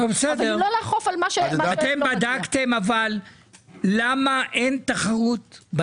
בדקתם למה אין תחרות?